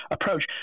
approach